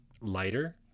lighter